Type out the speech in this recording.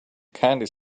candy